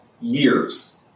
years